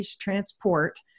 transport